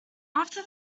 after